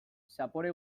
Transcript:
zapore